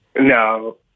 no